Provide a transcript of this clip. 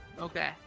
Okay